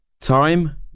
Time